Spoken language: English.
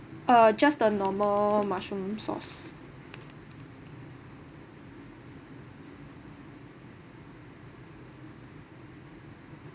uh just the normal mushroom sauce